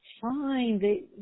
fine